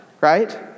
right